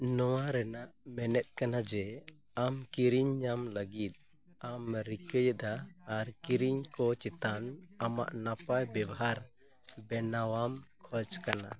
ᱱᱚᱣᱟ ᱨᱮᱱᱟᱜ ᱢᱮᱱᱮᱫ ᱠᱟᱱᱟ ᱡᱮ ᱟᱢ ᱠᱤᱨᱤᱧ ᱧᱟᱢ ᱞᱟᱹᱜᱤᱫ ᱟᱢ ᱨᱤᱠᱟᱹᱭᱮᱫᱟ ᱟᱨ ᱠᱤᱨᱤᱧ ᱠᱚ ᱪᱮᱛᱟᱱ ᱟᱢᱟᱜ ᱱᱟᱯᱟᱭ ᱵᱮᱵᱷᱟᱨ ᱵᱮᱱᱟᱣᱟᱢ ᱠᱷᱚᱡᱽ ᱠᱟᱱᱟ